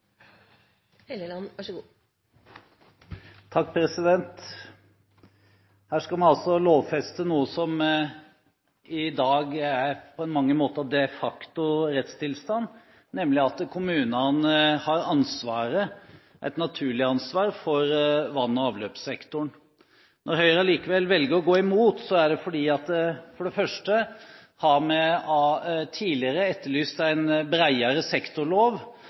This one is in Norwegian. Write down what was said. Her skal vi altså lovfeste noe som i dag på mange måter er de facto rettstilstand, nemlig at kommunene har ansvaret – et naturlig ansvar – for vann- og avløpssektoren. Når Høyre allikevel velger å gå imot, er det fordi